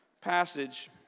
passage